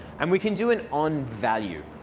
and we can do an on value.